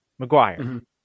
McGuire